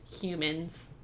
humans